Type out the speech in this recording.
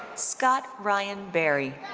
scott ryan berry.